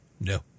No